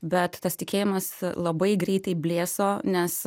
bet tas tikėjimas labai greitai blėso nes